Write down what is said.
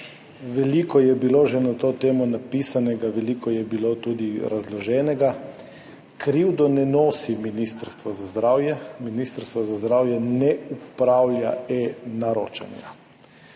veliko je bilo že na to temo napisanega, veliko je bilo tudi razloženega. Krivde ne nosi Ministrstvo za zdravje, Ministrstvo za zdravje ne upravlja eNaročanja.